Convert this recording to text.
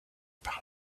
par